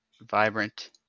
vibrant